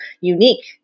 unique